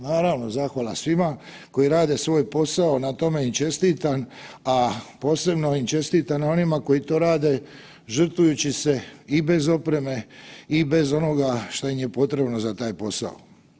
Naravno zahvala svima koji rade svoj posao, na tome im čestitam, a posebno im čestitam na onima koji to rade žrtvujući se i bez opreme i bez onoga što im je potrebno za taj posao.